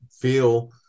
feel